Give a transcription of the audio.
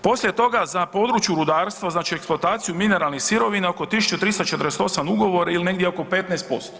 Poslije toga, za područje rudarstva, znači eksploataciju mineralnih sirovina oko 1348 ugovora ili negdje oko 15%